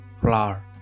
flour